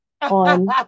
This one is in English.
on